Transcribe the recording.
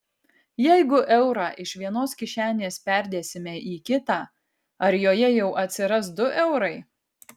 jeigu eurą iš vienos kišenės perdėsime į kitą ar joje jau atsiras du eurai